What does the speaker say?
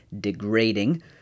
degrading